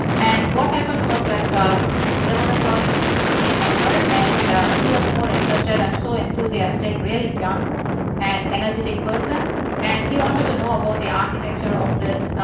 and what happened was like there was a project team member and he was more interested and so enthusiastic. really young and energetic person and he wanted to know about the architecture of this.